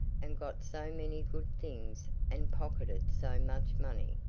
and got so many good things, and pocketed so much money,